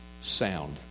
Sound